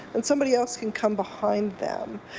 and somebody else can come behind them.